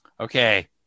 Okay